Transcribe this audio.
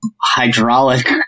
hydraulic